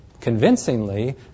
convincingly